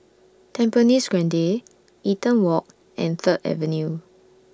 Tampines Grande Eaton Walk and Third Avenue